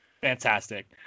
Fantastic